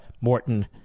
Morton